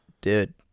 dude